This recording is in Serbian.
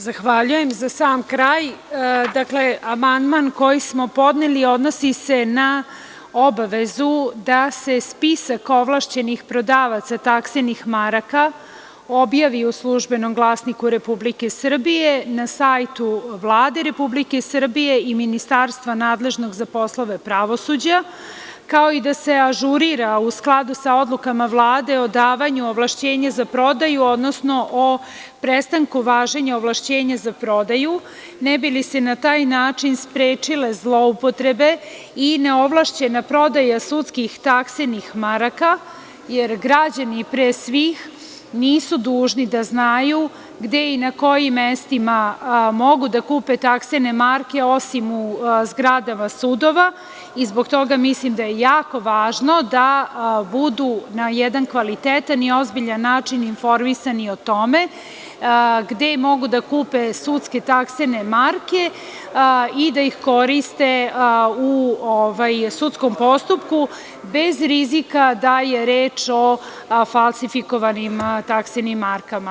Za sam kraj, amandman koji smo podneli, odnosi se na obavezu, da se spisak ovlašćenih prodavaca taksenih maraka, objavi u „Službenom glasniku RS“, na sajtu Vlade Republike Srbije i Ministarstva, nadležnog za poslove pravosuđa, kao i da se ažurira u skladu sa odlukama Vlade o davanju ovlašćenja za prodaju, odnosno o prestanku važenja ovlašćenja za prodaju, ne bi li se na taj način sprečile zloupotrebe i neovlašćena prodaja sudskih taksenih maraka, jer građani pre svih nisu dužni da znaju gde i na kojim mestima mogu da kupe taksene marke, osim u zgradama sudova i zbog toga mislim da je jako važno da budu na jedan kvalitetan i ozbiljan način informisani o tome, gde mogu da kupe sudske taksene marke i da ih koriste u sudskom postupku, bez rizika da je reč o falsifikovanim taksenim markama.